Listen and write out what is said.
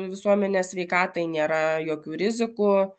visuomenės sveikatai nėra jokių rizikų